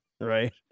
Right